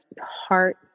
heart